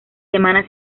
semana